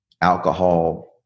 alcohol